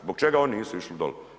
Zbog čega oni nisu išli doli?